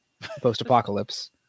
post-apocalypse